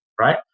right